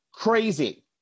Crazy